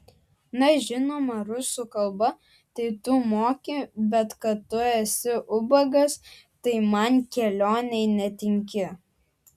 na žinoma rusų kalbą tai tu moki bet kad tu esi ubagas tai man kelionei netinki